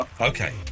Okay